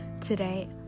Today